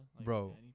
Bro